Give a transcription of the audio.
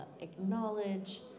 acknowledge